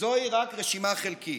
וזוהי רק רשימה חלקית.